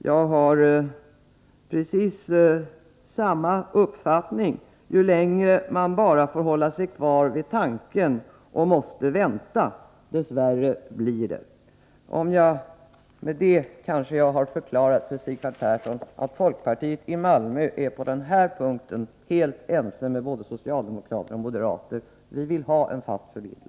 Jag har precis samma uppfattning: Ju längre man bara får hålla sig kvar vid tanken och måste vänta, desto värre blir det. Om en fast för Med detta kanske jag har förklarat för Sigvard Persson att folkpartiet i bindelsemellan Malmö på den här punkten är helt ense med både socialdemokraterna och Malmö och Köpenmoderaterna; vi vill ha en fast förbindelse.